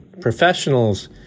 professionals